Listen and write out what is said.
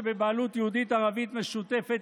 שבבעלות יהודית וערבית משותפת,